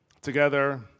Together